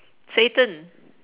satan